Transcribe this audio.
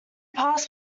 pass